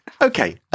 Okay